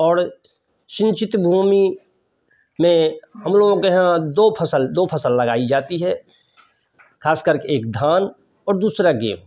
और सिंचित भूमि में हम लोगों के यहाँ दो फसल दो फसल लगाई जाती है खास करके एक धान और दूसरा गेहूँ